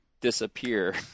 disappear